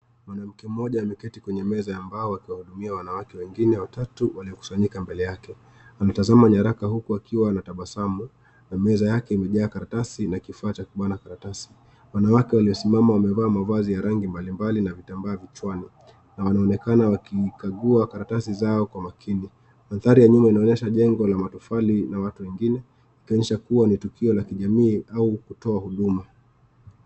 Mwanamke mmoja ameketi kwenye meza ya mbao akiwahudumia wanawake wengine watatu waliokusanyika mbele yake. Anatazama nyaraka huku akiwa anatabasamu na meza yake imejaa karatasi na kifaa cha kubana karatasi. Wanawake waliosimama wamevaa mavazi ya rangi mbalimbali na vitambaa vichwani na wanaonekana wakikagua karatasi zao kwa makini. Mandhari ya nyuma inaonyesha jengo la matofali na watu wengine ikionyesha kuwa ni tukio la kijamii au kutoa huduma.